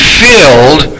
filled